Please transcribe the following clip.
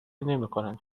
نمیکنند